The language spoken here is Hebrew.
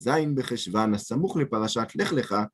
זין בחשוון הסמוך לפרשת לך לך.